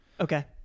okay